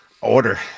Order